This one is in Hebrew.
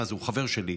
הוא חבר שלי,